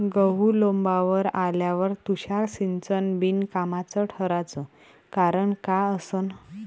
गहू लोम्बावर आल्यावर तुषार सिंचन बिनकामाचं ठराचं कारन का असन?